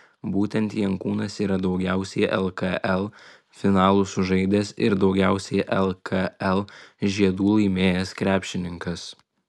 būtent jankūnas yra daugiausiai lkl finalų sužaidęs ir daugiausiai lkl žiedų laimėjęs krepšininkas